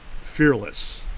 Fearless